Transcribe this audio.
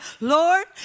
Lord